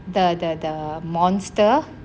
the the the monster